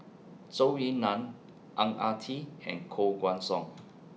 Zhou Ying NAN Ang Ah Tee and Koh Guan Song